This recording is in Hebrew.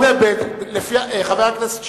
כדי להרגיע את השר גדעון סער, חבר הכנסת שטרית,